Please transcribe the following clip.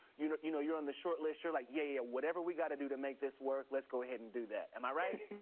you know you know you're on the short list, you're like, yeah, yeah, whatever we got to do to make this work, let's go ahead and do that. am i right?